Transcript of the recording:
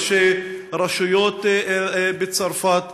ראשי רשויות בצרפת.